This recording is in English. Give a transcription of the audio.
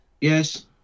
Yes